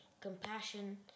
compassion